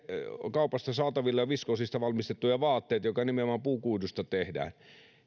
on saatavilla viskoosista valmistettuja vaatteita jotka nimenomaan puukuidusta tehdään